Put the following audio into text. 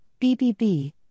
BBB